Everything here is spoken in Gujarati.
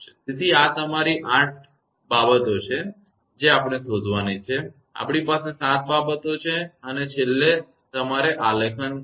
તેથી આ તમારી આઠ માત્રાબાબતો છે જે આપણે શોધવાની છે આપણી પાસે સાત બાબતો છે અને છેલ્લે તમારે આલેખન છે